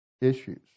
issues